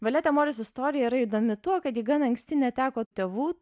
valete moris istorija yra įdomi tuo kad ji gan anksti neteko tėvų